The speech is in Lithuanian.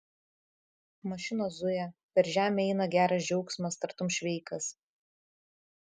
mašinos zuja per žemę eina geras džiaugsmas tartum šveikas